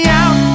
out